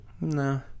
No